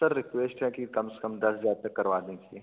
sir request है कि कम से कम दस हज़ार तक करवा दीजिए